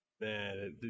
Man